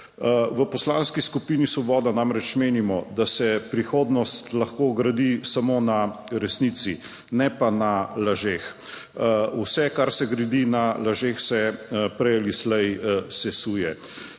V Poslanski skupini Svoboda namreč menimo, da se prihodnost lahko gradi samo na resnici, ne pa na lažeh. Vse, kar se gradi na lažeh, se prej ali slej sesuje.